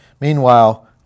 Meanwhile